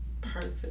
person